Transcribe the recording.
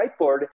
whiteboard